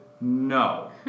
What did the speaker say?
no